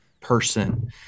Person